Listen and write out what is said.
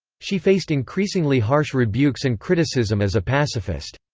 she faced increasingly harsh rebukes and criticism as a pacifist.